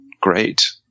great